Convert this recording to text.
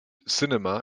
cinema